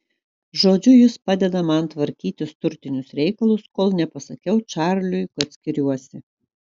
žodžiu jis padeda man tvarkytis turtinius reikalus kol nepasakiau čarliui kad skiriuosi